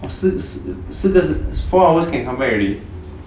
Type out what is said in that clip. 是是 four hours can come back already